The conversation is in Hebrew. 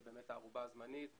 הערובה הזמנית,